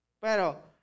Pero